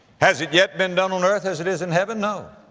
has it yet been done on earth as it is in heaven? no.